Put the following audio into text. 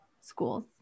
schools